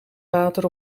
water